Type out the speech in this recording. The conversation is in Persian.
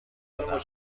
دادم